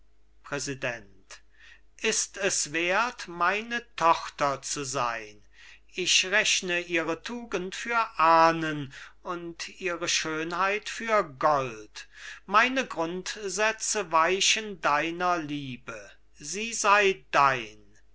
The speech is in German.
vater präsident ist es werth meine tochter zu sein ich rechne ihre tugend für ahnen und ihre schönheit für gold meine grundsätze weichen deiner liebe sie sei dein